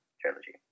trilogy